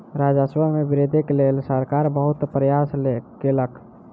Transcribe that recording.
राजस्व मे वृद्धिक लेल सरकार बहुत प्रयास केलक